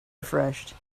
refreshed